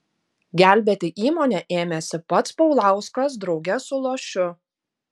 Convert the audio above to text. gelbėti įmonę ėmėsi pats paulauskas drauge su lošiu